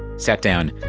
sat down,